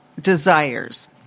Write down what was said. desires